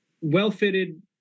well-fitted